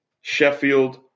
Sheffield